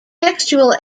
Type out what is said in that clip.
textual